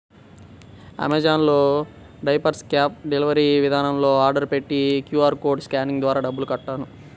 Amazon లో diapers cash delivery విధానంలో order పెట్టి క్యూ.ఆర్ కోడ్ స్కానింగ్ ద్వారా డబ్బులు కట్టాను